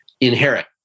Inherit